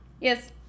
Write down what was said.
Yes